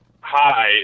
Hi